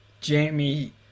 Jamie